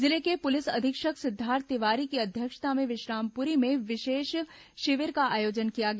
जिले के पुलिस अधीक्षक सिद्धार्थ तिवारी की अध्यक्षता में विश्रामपुरी में विशेष शिविर का आयोजन किया गया